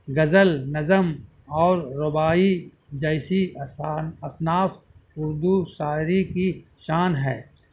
غزل نظم اور رباعی جیسی اصناف اردو شاعری کی شان ہے